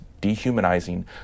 dehumanizing